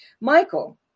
Michael